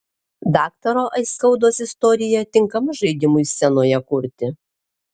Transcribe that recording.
daktaro aiskaudos istorija tinkama žaidimui scenoje kurti